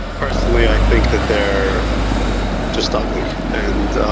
personally i think that they're just ugly. and